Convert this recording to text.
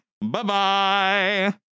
Bye-bye